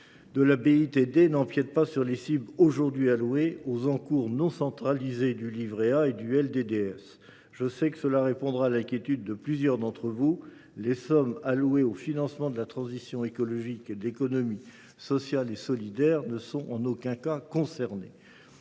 de défense n’empiète pas sur les cibles aujourd’hui allouées aux encours non centralisés du livret A et du LDDS. Je sais que cela répondra à l’inquiétude de plusieurs d’entre vous : les sommes allouées au financement de la transition écologique et de l’économie sociale et solidaire ne sont en aucun cas concernées.